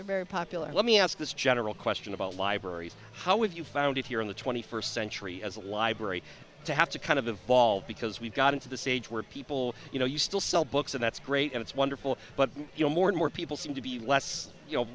they're very popular let me ask this general question about libraries how would you founded here in the twenty first century as a library to have to kind of evolve because we've gotten to the stage where people you know you still sell books and that's great and it's wonderful but you know more and more people seem to be less you know